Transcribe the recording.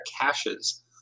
caches